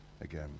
again